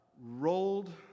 rolled